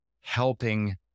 helping